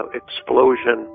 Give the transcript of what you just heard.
explosion